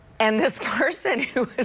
and this person who